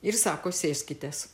ir sako sėskitės